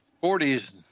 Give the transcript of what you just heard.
forties